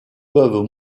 peuvent